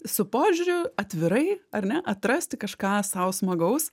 su požiūriu atvirai ar ne atrasti kažką sau smagaus